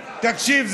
תקשיב,